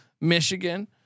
Michigan